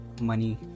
money